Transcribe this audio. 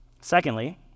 Secondly